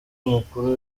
umukuru